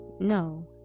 no